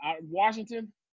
Washington